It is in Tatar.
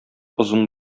озын